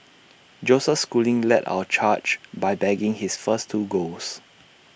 Joseph schooling led our charge by bagging his first two golds